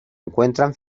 encuentran